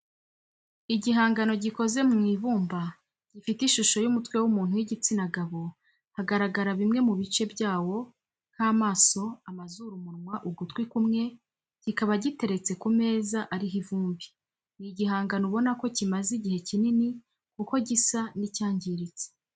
Igihangano gikoze mu ibumba gifite ishusho y'umutwe w'umuntu w'igitsina gabo, hagaragara bimwe mu bice byawo nk'amaso amazuru, umunwa, ugutwi kumwe, kikaba giteretse ku meza ariho ivumbi. Ni igihangano ubona ko kimaze igihe kinini kuko gisa n'icyangiritse.